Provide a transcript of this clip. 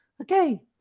Okay